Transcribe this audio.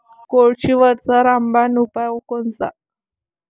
कोळशीवरचा रामबान उपाव कोनचा?